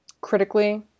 critically